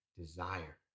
desire